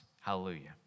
Hallelujah